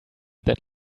that